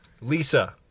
Lisa